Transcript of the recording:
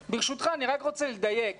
ברשותך, אני רק רוצה לדייק.